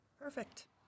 Perfect